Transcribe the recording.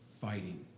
fighting